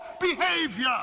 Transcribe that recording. behavior